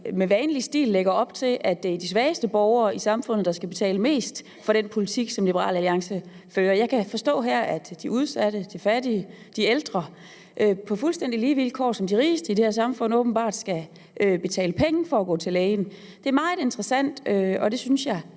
med vanlig stil lægger op til, at det er de svageste borgere i samfundet, der skal betale mest for den politik, som Liberal Alliance fører. Jeg kan her forstå, at de udsatte, de fattige, de ældre på fuldstændig lige vilkår med de rigeste i det her samfund åbenbart skal betale penge for at gå til læge. Det er meget interessant, og det synes jeg